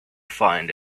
find